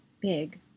big